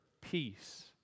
peace